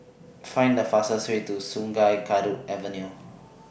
Find The fastest Way to Sungei Kadut Avenue